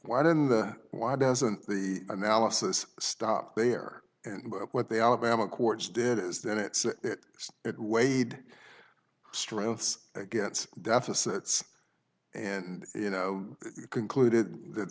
why didn't the why doesn't the analysis stop there and what they all bama courts did is that it weighed strengths against deficit's and you know concluded that